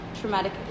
traumatic